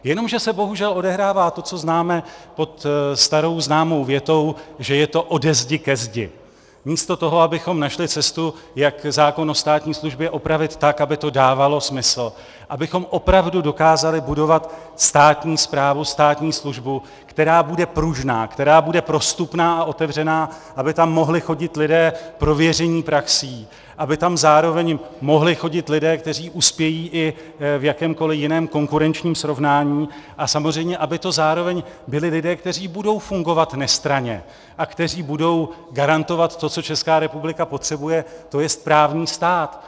Jenomže se bohužel odehrává to, co známe pod starou známou větou, že je ode zdi ke zdi, místo toho, abychom našli cestu, jak zákon o státní službě opravit tak, aby to dávalo smysl, abychom opravdu dokázali budovat státní správu, státní službu, která bude pružná, která bude prostupná a otevřená, aby tam mohli chodit lidé prověření praxí, aby tam zároveň mohli chodit lidé, kteří uspějí i v jakémkoliv jiném konkurenčním srovnání, a samozřejmě, aby to zároveň byli lidé, kteří budou fungovat nestranně a kteří budou garantovat to, co Česká republika potřebuje, to jest právní stát.